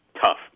tough